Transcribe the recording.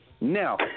Now